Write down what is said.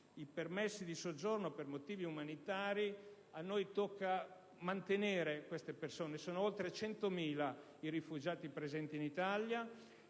i permessi di soggiorno per motivi umanitari, a noi tocca mantenere queste persone. Sono oltre 100.000 i rifugiati presenti in Italia.